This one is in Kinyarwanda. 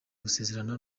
gusezerana